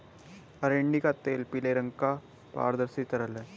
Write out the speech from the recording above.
अरंडी का तेल पीले रंग का पारदर्शी तरल है